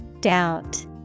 Doubt